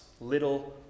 little